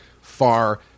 far